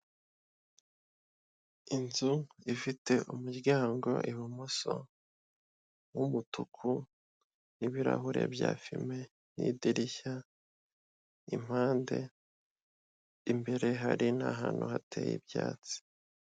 Inzu ifite umuryango ibumoso w'umutuku n'ibirahurire bya fime n'idirishya impande, imbere hari n'ahantu hateye ibyatsi.